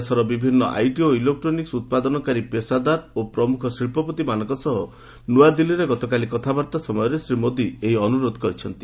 ଦେଶର ବିଭିନ୍ନ ଆଇଟି ଓ ଇଲେକ୍ଟ୍ରୋନିକ୍ସ ଉତ୍ପାଦନକାରୀ ପେଷାଦାର ଓ ମୁଖ୍ୟ ଶିଳ୍ପପତି ମାନଙ୍କ ସହ ନ୍ତଆଦିଲ୍ଲୀରେ ଗତକାଲି କଥାବାର୍ତ୍ତା ସମୟରେ ଶ୍ରୀ ମୋଦି ଏହି ଅନୁରୋଧ କରିଛନ୍ତି